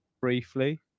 briefly